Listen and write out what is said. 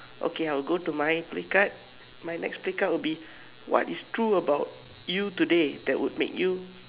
okay I will go to my play card my next play card will be what is true about you today that will make you